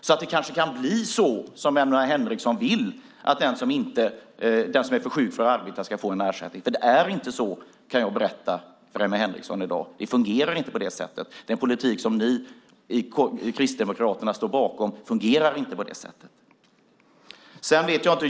Då kanske det kan bli som Emma Henriksson vill, nämligen att den som är för sjuk för att arbeta ska få en ersättning. Jag kan berätta för Emma Henriksson att det inte fungerar på det sättet. Den politik som Kristdemokraterna står bakom fungerar inte på det sättet.